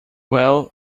well—i